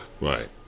right